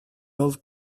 old